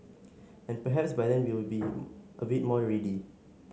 and perhaps by then we will be a bit more ready